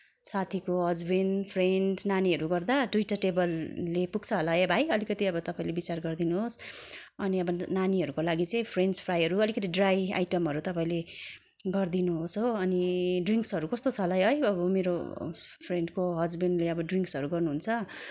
साथीको husband friend नानीहरू गर्दा दुइटा टेबलले पुग्छ होला है भाइ अलिकति अब तपाईँले विचार गरिदिनुहोस् अनि अब नानीहरूको लागि चाहिँ फ्रेन्च फ्राईहरू अलिकति ड्राई आइटमहरू तपाईँले गरिदिनुहोस् हो अनि ड्रिङ्क्सहरू कस्तो छ होला है है अब मेरो फ्रेन्डको हसबेन्डले अब ड्रिङ्क्सहरू गर्नुहुन्छ